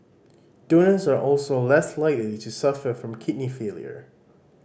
donors are also less likely to suffer from kidney failure